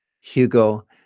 Hugo